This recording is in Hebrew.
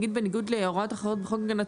נגיד בניגוד להוראות אחרות בחוק הגנת